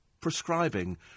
prescribing